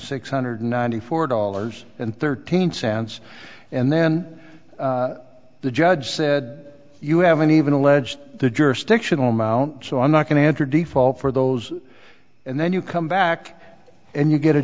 six hundred ninety four dollars and thirteen cents and then the judge said you haven't even alleged the jurisdictional mount so i'm not going to enter default for those and then you come back and you get a